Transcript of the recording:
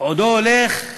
עודו הולך,